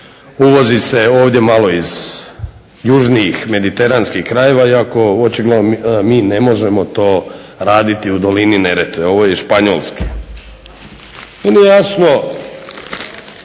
Uvozi se malo ovdje iz južnijih mediteranskih krajeva iako očigledno mi ne možemo to raditi u dolini Neretve. Ovo je iz Španjolske. Meni je jasno